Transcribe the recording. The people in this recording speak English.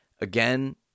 again